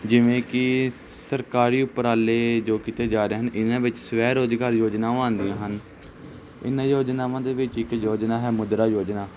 ਜਿਵੇਂ ਕਿ ਸਰਕਾਰੀ ਉਪਰਾਲੇ ਜੋ ਕੀਤੇ ਜਾ ਰਹੇ ਹਨ ਇਹਨਾਂ ਵਿੱਚ ਸਵੈ ਰੋਜ਼ਗਾਰ ਯੋਜਨਾਵਾਂ ਆਉਂਦੀਆਂ ਹਨ ਇਹਨਾਂ ਯੋਜਨਾਵਾਂ ਦੇ ਵਿੱਚ ਇੱਕ ਯੋਜਨਾ ਹੈ ਮੁਦਰਾ ਯੋਜਨਾ